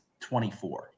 24